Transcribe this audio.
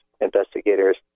investigators